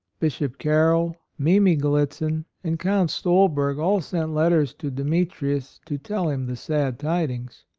bishop carroll, mimi gallitzin, and count stol berg all sent letters to demetrius to tell him the sad tidings.